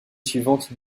suivantes